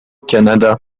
canada